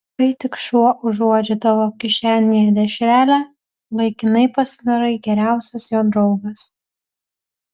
kai tik šuo užuodžia tavo kišenėje dešrelę laikinai pasidarai geriausias jo draugas